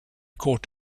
caught